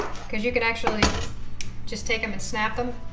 because you can actually just take them and snap them.